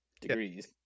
degrees